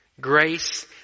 Grace